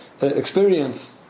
experience